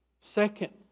Second